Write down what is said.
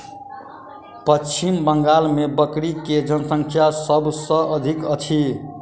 पश्चिम बंगाल मे बकरी के जनसँख्या सभ से अधिक अछि